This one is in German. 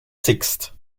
sixt